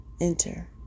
enter